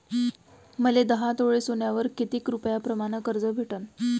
मले दहा तोळे सोन्यावर कितीक रुपया प्रमाण कर्ज भेटन?